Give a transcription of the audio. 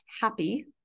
happy